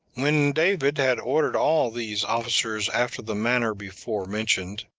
when david had ordered all these officers after the manner before mentioned,